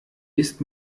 ist